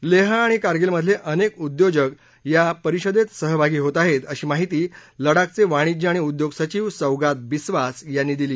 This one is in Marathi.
लेह आणि कारगीलमधले अनेक उद्योजक या परिषदेत सहभागी होत आहेत अशी माहिती लडाखचे वाणीज्य आणि उद्योग सचिव सौगात बिस्वास यांनी दिली